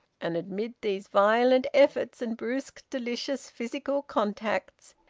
and amid these violent efforts and brusque delicious physical contacts,